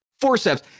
forceps